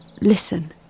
listen